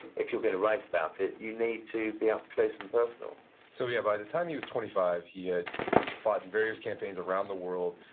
if you're going to write about it, you need to be up close and personal so yeah, by the time he was twenty five, he had fought in various campaigns around the world,